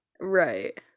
Right